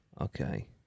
Okay